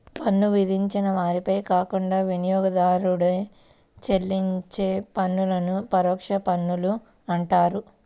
పన్ను విధించిన వారిపై కాకుండా వినియోగదారుడే చెల్లించే పన్నులను పరోక్ష పన్నులు అంటారు